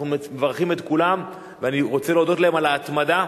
אנחנו מברכים את כולם ואני רוצה להודות להם על ההתמדה,